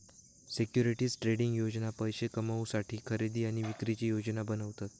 securities trading योजना पैशे कमवुसाठी खरेदी आणि विक्रीची योजना बनवता